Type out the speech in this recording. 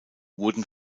wurden